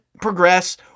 progress